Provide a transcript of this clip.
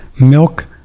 milk